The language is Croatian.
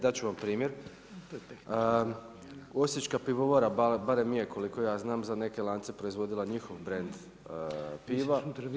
Dat ću vam primjer, Osječka pivovara barem je koliko ja znam za neke lance proizvodila njihov brend piva.